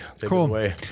Cool